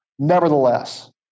Nevertheless